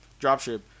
dropship